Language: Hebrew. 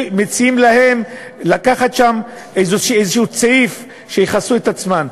מציעים להן לקחת שם איזשהו צעיף, שיכסו את עצמן.